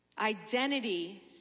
Identity